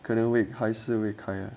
可能 wake 还是 wei kiat